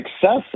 success